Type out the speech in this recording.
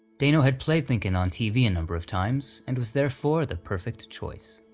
dano had played lincoln on tv a number of times, and was therefore the perfect choice.